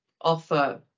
offer